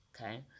okay